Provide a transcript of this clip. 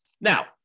Now